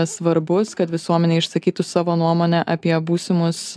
svarbus kad visuomenė išsakytų savo nuomonę apie būsimus